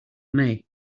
may